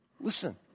listen